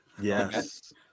Yes